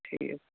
ٹھیٖک